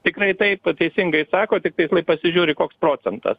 tikrai taip teisingai sako tiktais lai pasižiūri koks procentas